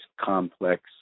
complex